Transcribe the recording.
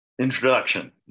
introduction